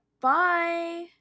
Bye